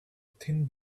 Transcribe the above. thin